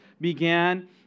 began